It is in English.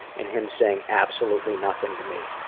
and him saying absolutely nothing to me.